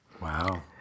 Wow